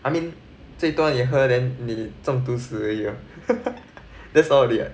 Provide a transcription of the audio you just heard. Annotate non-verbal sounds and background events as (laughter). I mean 最多你喝 then 你中毒死而已 lor (laughs) that's already ah